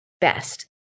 best